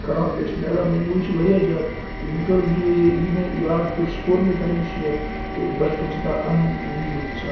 خَراب کیاہ چھ تہٕ لِہازا میٚموری چھ واریاہ زیادٕ مےٚ کٔر یہِ مےٚ یاد پیٚو سُہ کٔر مےٚ تۄہہِ نِش شِیَر تہٕ بَچپَن چھُ سیٚٹھاہ اَہَم زِندگی ہُنٛد حِصہٕ اَکھ